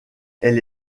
elle